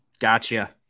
Gotcha